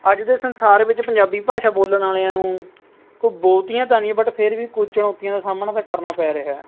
ਅੱਜ ਦੇ ਸੰਸਾਰ ਵਿੱਚ ਪੰਜਾਬੀ ਭਾਸ਼ਾ ਬੋਲਣ ਵਾਲਿਆਂ ਨੂੰ ਕੋਈ ਬਹੁਤੀਆਂ ਤਾਂ ਨਹੀਂ ਬਟ ਫਿਰ ਵੀ ਕੁਝ ਚੁਣੌਤੀਆਂ ਦਾ ਸਾਹਮਣਾ ਤਾਂ ਕਰਨਾ ਪੈ ਰਿਹਾ ਹੈ